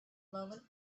moment